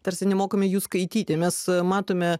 tarsi nemokame jų skaityti mes matome